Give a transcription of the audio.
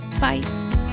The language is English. Bye